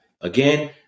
Again